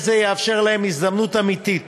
מענה זה יאפשר להן הזדמנות אמיתית